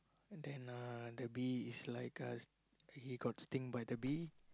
then uh the bee is like uh he got sting by the bee